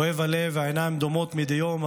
כואב הלב והעיניים דומעות מדי יום עם